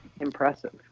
Impressive